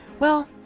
well,